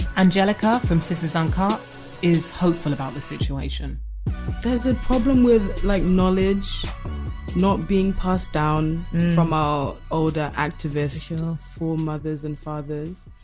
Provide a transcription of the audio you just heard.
angelica from sisters uncut is hopeful about the situation there's a problem with like knowledge not being passed down from our older activists, you know foremothers and fathers.